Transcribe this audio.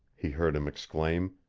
he heard him exclaim,